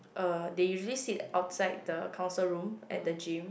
uh they usually sit outside the council room at the gym